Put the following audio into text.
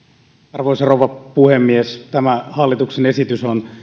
arvoisa rouva puhemies tämä hallituksen esitys on